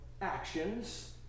actions